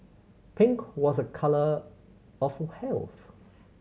pink was a colour of health